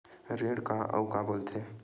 ऋण का अउ का बोल थे?